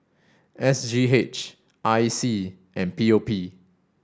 S G H I C and P O P